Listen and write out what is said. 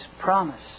promise